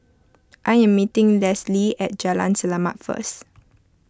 I am meeting Leslee at Jalan Selamat first